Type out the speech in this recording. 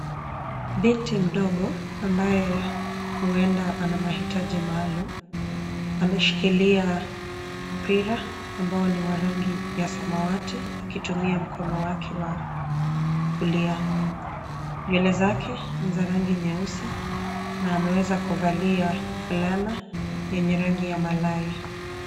Binti mdogo ambaye huenda ana maitaji maalumu, anashikilia mpira ambao ni wa rangi ya samawati akitumia mkono wake wa kulia. Nywele zake ni za rangi nyeusi na ameweza kuvalia fulana yenye rangi ya malai.